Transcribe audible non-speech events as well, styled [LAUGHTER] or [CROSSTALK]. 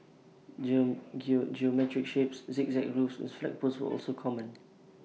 [UNINTELLIGIBLE] geometric shapes zigzag roofs and flagpoles were also common